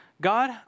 God